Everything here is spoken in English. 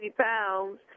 pounds